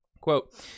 quote